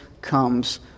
comes